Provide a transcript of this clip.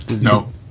No